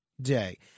Day